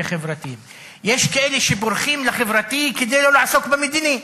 יש כאלה שבורחים לחברתי כדי לא לעסוק במדיני.